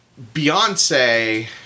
Beyonce